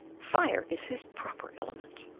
fire is his proper element.